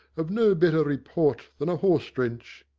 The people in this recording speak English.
of no better report than a horse-drench.